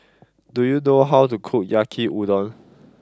do you know how to cook Yaki Udon